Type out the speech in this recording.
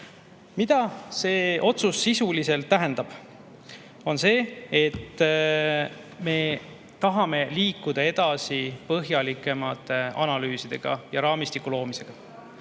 see otsus sisuliselt tähendab? Seda, et me tahame liikuda edasi põhjalikumate analüüsidega ja raamistiku loomisega.